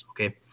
Okay